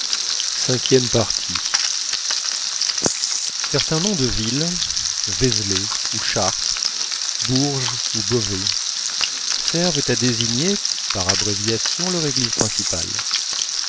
certains noms de villes vézelay ou chartres bourges ou beauvais servent à désigner par abréviation leur église principale